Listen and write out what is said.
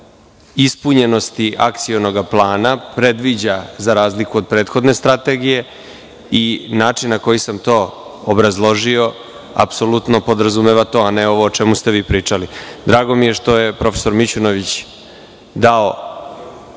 ispunjenosti akcionog plana predviđa, za razliku od prethodne strategije, i način na koji sam to obrazložio, apsolutno podrazumeva to, a ne ovo o čemu ste vi pričali. Drago mi je što je prof. Mićunović dao,